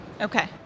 Okay